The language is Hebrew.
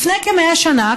לפני כ-100 שנה,